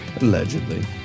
Allegedly